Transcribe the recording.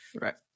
Right